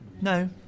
No